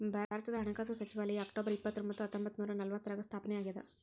ಭಾರತದ ಹಣಕಾಸು ಸಚಿವಾಲಯ ಅಕ್ಟೊಬರ್ ಇಪ್ಪತ್ತರೊಂಬತ್ತು ಹತ್ತೊಂಬತ್ತ ನೂರ ನಲವತ್ತಾರ್ರಾಗ ಸ್ಥಾಪನೆ ಆಗ್ಯಾದ